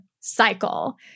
cycle